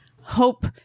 hope